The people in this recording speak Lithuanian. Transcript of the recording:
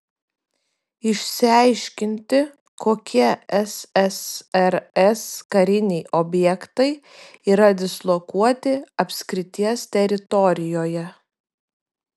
išsiaiškinti kokie ssrs kariniai objektai yra dislokuoti apskrities teritorijoje